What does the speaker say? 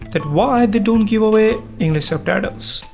that why they don't giveaway english subtitles!